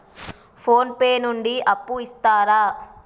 Phone pay నుండి అప్పు ఇత్తరా?